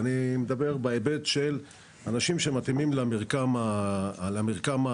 אני מדבר בהיבט של אנשים שמתאימים למרקם הכללי.